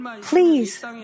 Please